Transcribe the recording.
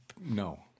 no